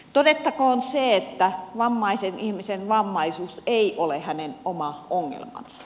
todettakoon se että vammaisen ihmisen vammaisuus ei ole hänen oma ongelmansa